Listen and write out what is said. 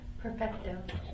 Perfecto